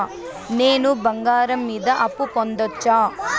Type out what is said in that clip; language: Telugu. నేను బంగారం మీద అప్పు పొందొచ్చా?